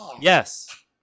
Yes